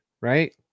right